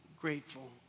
grateful